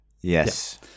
yes